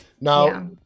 now